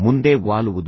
ಮುಂದೆ ವಾಲುವುದು